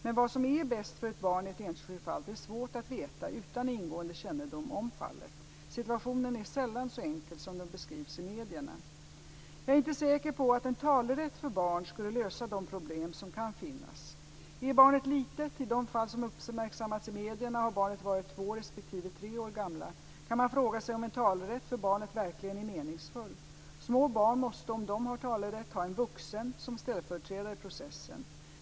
Men vad som är bäst för ett barn i ett enskilt fall är svårt att veta utan ingående kännedom om fallet. Situationen är sällan så enkel som den beskrivs i medierna. Jag är inte säker på att en talerätt för barn skulle lösa de problem som kan finnas. Är barnet litet - i de fall som uppmärksammats i medierna har barnen varit två respektive tre år gamla - kan man fråga sig om en talerätt för barnet verkligen är meningsfull. Små barn måste, om de har talerätt, ha en vuxen som ställföreträdare i processen.